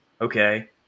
okay